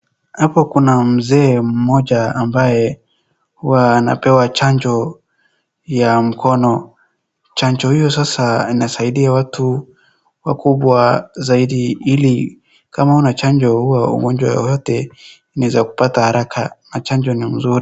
Hapo kuna mzee mmoja ambaye huwa napewa chanjo ya mkono. Chanjo hiyo sasa inasaidia watu wakubwa zaidi ili kama hauna chanjo , ugonjwa wowote inaweza ikakupata haraka na chanjo ni mzuri.